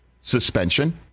suspension